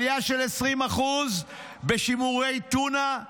עלייה של 20% בשימורי טונה,